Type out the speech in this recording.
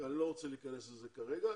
ואני לא רוצה להיכנס לזה כרגע.